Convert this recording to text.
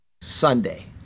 Sunday